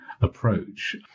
approach